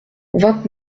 vingt